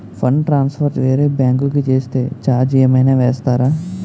Fund transfer వేరే bank కి చేస్తే ఛార్జ్ ఏమైనా వేస్తారా?